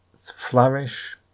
flourish